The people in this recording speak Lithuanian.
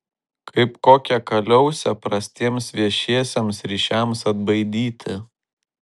kaip kokią kaliausę prastiems viešiesiems ryšiams atbaidyti